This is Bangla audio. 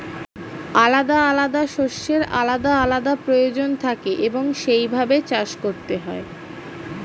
আলাদা আলাদা শস্যের আলাদা আলাদা প্রয়োজন থাকে এবং সেই ভাবে চাষ করতে হয়